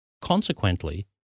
Consequently